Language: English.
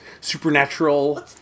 supernatural